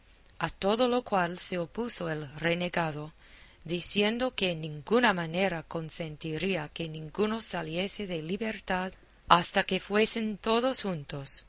a todo lo cual se opuso el renegado diciendo que en ninguna manera consentiría que ninguno saliese de libertad hasta que fuesen todos juntos